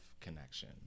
connection